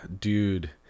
dude